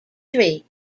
tree